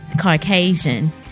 Caucasian